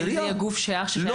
האם זה יהיה גוף ששייך לעירייה?